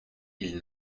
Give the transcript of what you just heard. ils